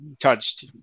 touched